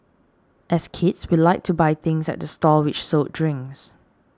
as kids we liked to buy things at the stalls which sold drinks